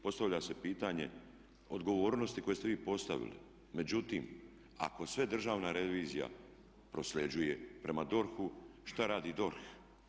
Postavlja se pitanje odgovornosti koje ste vi podstavili međutim ako sve državna revizija prosljeđuje prema DORH-u, što radi DORH?